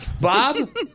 Bob